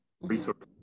Resources